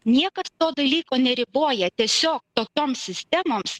niekas to dalyko neriboja tiesiog tokioms sistemoms